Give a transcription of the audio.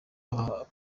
abo